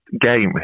game